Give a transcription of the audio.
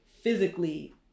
physically